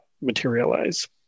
materialize